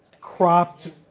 cropped